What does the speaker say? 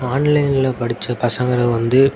ஆன்லைனில் படித்த பசங்களை வந்து